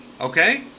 okay